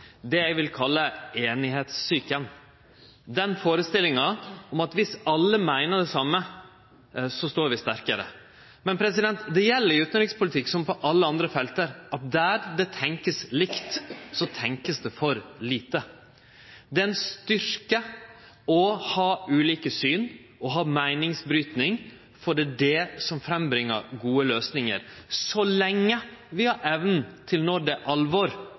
det eg vil kalle «einigheitssjuken» – den førestillinga om at dersom alle meiner det same, står vi sterkare. Men det gjeld i utanrikspolitikk som på alle andre felt: Der det vert tenkt likt, vert det tenkt for lite. Det er ein styrke å ha ulike syn, ha meiningsbryting, for det er det som vil få fram gode løysingar, så lenge vi har evne til, når det er alvor,